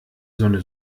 sonne